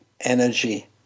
energy